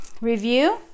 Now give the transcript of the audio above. review